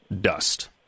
dust